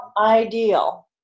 ideal